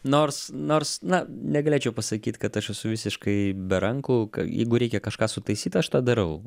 nors nors na negalėčiau pasakyi kad aš esu visiškai be rankų jeigu reikia kažką sutaisyt aš tą darau